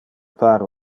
pare